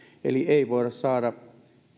eli ei voida saada